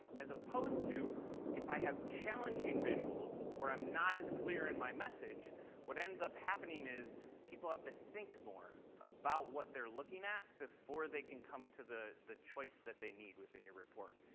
as opposed to if i have challenging visuals or um not as clear in my message what ends up happening is people have to think more about what they're looking at before they can come to the the choice that they need within your report.